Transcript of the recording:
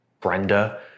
Brenda